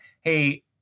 hey